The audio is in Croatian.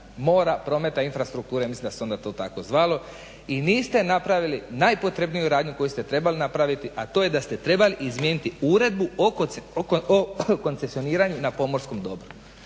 mora, prometa i infrastrukture, mislim da se onda to tako zvalo i niste napravili najpotrebniju radnju koju ste trebali napraviti, a to je da ste trebali izmijeniti uredbu o koncesioniranju na pomorskom dobru.